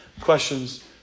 questions